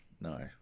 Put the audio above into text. no